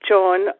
John